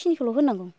बेखिनिखौल' होननांगौ